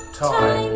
time